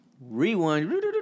Rewind